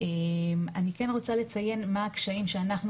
אני כן רוצה למיין מה הקשיים שאנחנו